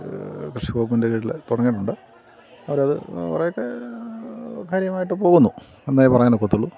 കൃഷിവകുപ്പിൻ്റെ കീഴിൽ തുടങ്ങിയിട്ടുണ്ട് അവർ അത് കുറെയൊക്കെ കാര്യമായിട്ട് പോകുന്നു എന്നേ പറയാൻ ഒക്കത്തുള്ളൂ